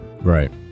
Right